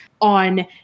on